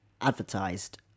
advertised